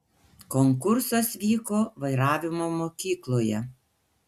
konkursas vyko vairavimo mokykloje